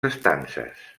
estances